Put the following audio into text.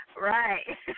Right